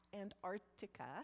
Antarctica